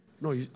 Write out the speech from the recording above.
No